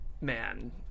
man